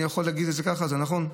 אני יכול להגיד את זה ככה, זה נכון.